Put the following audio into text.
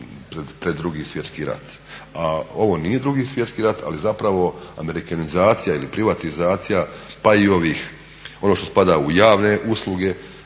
pred Drugi svjetski rat. A ovo nije Drugi svjetski rat ali je zapravo amerikanizacija ili privatizacija pa i ono što spada u javne usluge,